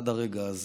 ועד הרגע הזה,